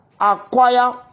acquire